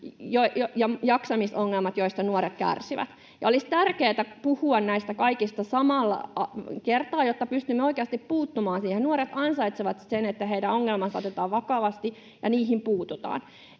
ja jaksamisongelmat, joista nuoret kärsivät. Olisi tärkeätä puhua näistä kaikista samalla kertaa, jotta pystymme oikeasti puuttumaan siihen. Nuoret ansaitsevat sen, että heidän ongelmansa otetaan vakavasti ja niihin puututaan